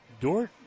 Dort